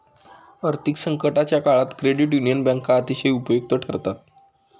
आर्थिक संकटाच्या काळात क्रेडिट युनियन बँका अतिशय उपयुक्त ठरतात